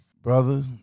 Brother